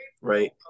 right